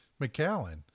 McAllen